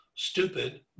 stupid